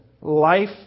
life